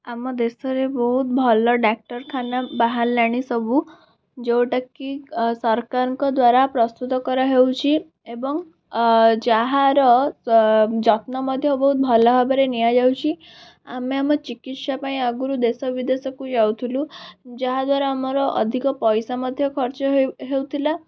ଆମ ଦେଶରେ ବହୁତ ଭଲ ଡାକ୍ତରଖାନା ବାହାରିଲାଣି ସବୁ ଯେଉଁଟାକି ସରକାରଙ୍କ ଦ୍ଵାରା ପ୍ରସ୍ତୁତ କରାହେଉଛି ଏବଂ ଯାହାର ଯତ୍ନ ମଧ୍ୟ ବହୁତ ଭଲ ଭାବରେ ନିଆଯାଉଛି ଆମେ ଆମ ଚିକିତ୍ସା ପାଇଁ ଆଗରୁ ଦେଶ ବିଦେଶକୁ ଯାଉଥିଲୁ ଯାହା ଦ୍ଵାରା ଆମର ଅଧିକ ପଇସା ମଧ୍ୟ ଖର୍ଚ୍ଚ ହେଉ ହେଉଥିଲା